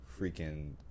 freaking